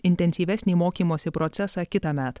intensyvesnį mokymosi procesą kitąmet